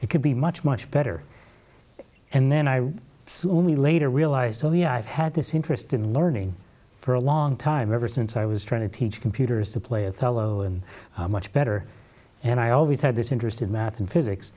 could be much much better and then i only later realized oh yeah i've had this interest in learning for a long time ever since i was trying to teach computers to play othello and much better and i always had this interest in math and physics